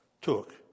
took